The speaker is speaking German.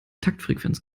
taktfrequenz